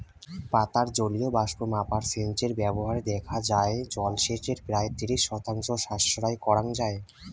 পাতার জলীয় বাষ্প মাপার সেন্সর ব্যবহারে দেখা যাই জলসেচের প্রায় ত্রিশ শতাংশ সাশ্রয় করাং যাই